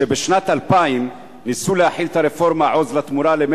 שבשנת 2000 ניסו להחיל את הרפורמה "עוז לתמורה"